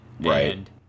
Right